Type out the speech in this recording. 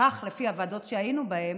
כך לפי הוועדות שהיינו בהן,